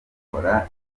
rikora